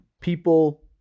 People